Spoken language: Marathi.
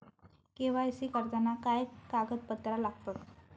के.वाय.सी करताना काय कागदपत्रा लागतत?